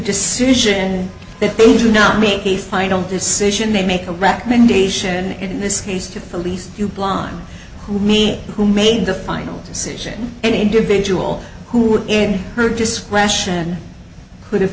decision that they do not make a final decision they make a recommendation and in this case to police you blind me who made the final decision an individual who was in her discretion could have